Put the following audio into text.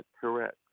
correct